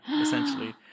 essentially